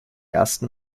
ersten